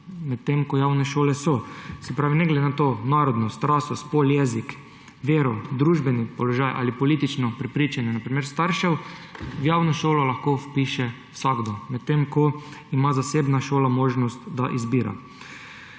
medtem ko javne šole so. Se pravi, ne glede na narodnost, raso, spol, jezik, vero, družbeni položaj ali politično prepričanje, na primer staršev, se v javno šolo lahko vpiše vsakdo, medtem ko ima zasebna šola možnost, da izbira.